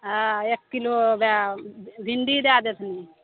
हँ एक किलो हौवा भिण्डी दै देथिन